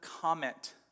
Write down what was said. comment